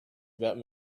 about